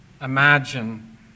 imagine